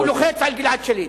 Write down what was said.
הוא לוחץ על גלעד שליט.